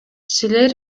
силер